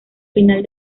final